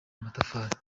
amatafari